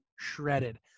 shredded